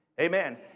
Amen